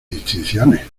distinciones